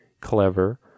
clever